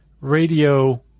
radio